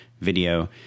video